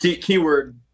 keyword